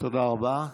תודה רבה.